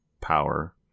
power